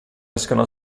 escono